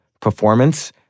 performance